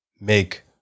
make